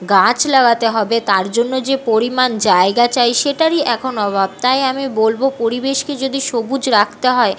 গাছ লাগাতে হবে তার জন্য যে পরিমাণ জায়গা চাই সেটারই এখন অভাব তাই আমি বলবো পরিবেশকে যদি সবুজ রাখতে হয়